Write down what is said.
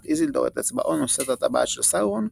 איסילדור את אצבעו נושאת הטבעת של סאורון,